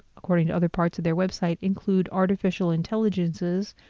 according to other parts of their website include artificial intelligences,